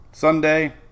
sunday